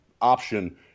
option